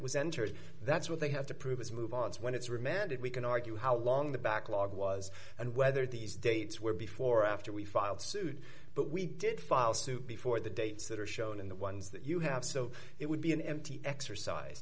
entered that's what they have to prove as move on when it's remanded we can argue how long the backlog was and whether these dates were before or after we filed suit but we did file suit before the dates that are shown in the ones that you have so it would be an empty exercise